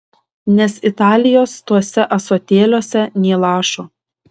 nes italijos tuose ąsotėliuose nė lašo